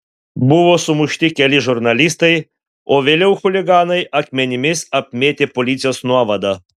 buvo sumušti keli žurnalistai o vėliau chuliganai akmenimis apmėtė policijos nuovadą